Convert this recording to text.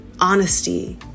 honesty